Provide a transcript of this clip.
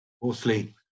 fourthly